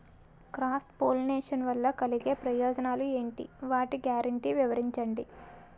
Cross pollination వలన కలిగే ప్రయోజనాలు ఎంటి? వాటి గ్యారంటీ వివరించండి?